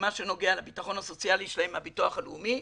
במה שנוגע לביטחון הסוציאלי שלהם מהביטוח הלאומי.